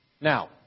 Now